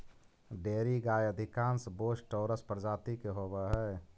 dairy गाय अधिकांश Bos taurus प्रजाति के होवऽ हइ